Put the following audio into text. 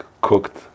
cooked